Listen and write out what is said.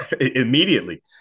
immediately